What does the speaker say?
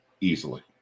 easily